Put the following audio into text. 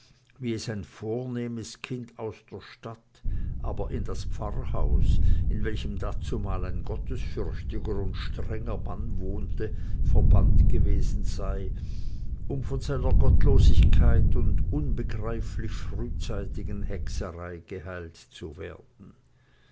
wie es ein vornehmes kind aus der stadt aber in das pfarrhaus in welchem dazumal ein gottesfürchtiger und strenger mann wohnte verbannt gewesen sei um von seiner gottlosigkeit und unbegreiflich frühzeitigen hexerei geheilt zu werden